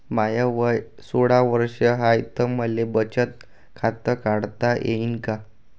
माय वय सोळा वर्ष हाय त मले बचत खात काढता येईन का?